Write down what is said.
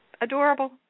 adorable